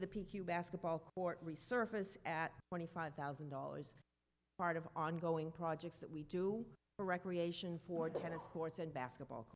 q basketball court resurface at twenty five thousand dollars part of ongoing projects that we do for recreation for tennis courts and basketball